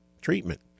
treatment